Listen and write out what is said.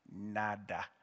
nada